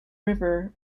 river